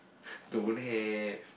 don't have